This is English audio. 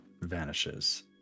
vanishes